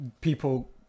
people